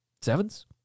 sevens